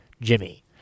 Jimmy